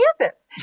campus